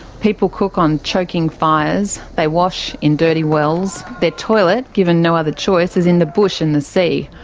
people cook on choking fires. they wash in dirty wells. their toilet, given no other choice, is in the bush and the sea.